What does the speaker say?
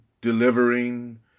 delivering